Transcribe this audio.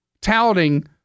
touting